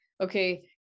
okay